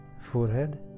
Forehead